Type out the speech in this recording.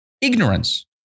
Ignorance